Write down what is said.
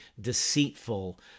deceitful